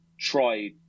try